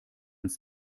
ins